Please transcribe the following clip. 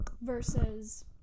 Versus